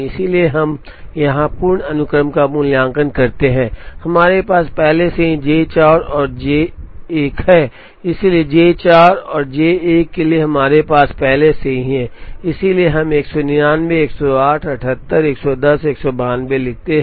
इसलिए हम यहां पूर्ण अनुक्रम का मूल्यांकन करते हैं हमारे पास पहले से ही J 4 और J 1 है इसलिए J 4 और J 1 के लिए हमारे पास पहले से ही है इसलिए हम 199 108 78 110 और 192 लिखते हैं